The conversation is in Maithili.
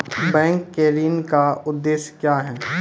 बैंक के ऋण का उद्देश्य क्या हैं?